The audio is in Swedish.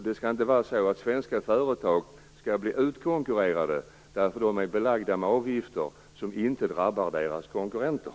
Svenska företag skall inte behöva bli utkonkurrerade därför att de är belagda med avgifter som inte drabbar deras konkurrenter.